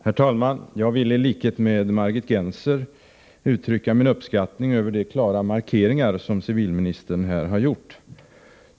Herr talman! Jag vill i likhet med Margit Gennser uttrycka min uppskattning över de klara markeringar som civilministern här har gjort.